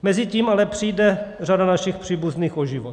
Mezitím ale přijde řada našich příbuzných o život.